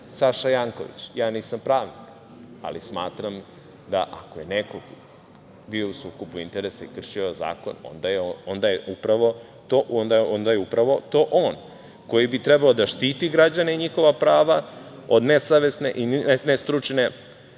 Saša Janković. Ja nisam pravnik, ali smatram da ako je neko bio u sukobu interesa i kršio zakon onda je upravo to on, koji bi trebao da štiti građane i njihova prava od nesavesne i nestručne